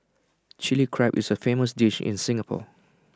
Chilli Crab is A famous dish in Singapore